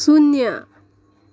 शून्य